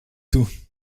tout